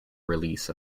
release